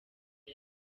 bye